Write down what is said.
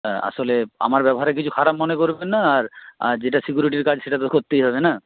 হ্যাঁ আসলে আমার ব্যবহারে কিছু খারাপ মনে করবেন না আর আর যেটা সিকিউরিটির কাজ সেটা তো করতেই হবে না